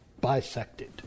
bisected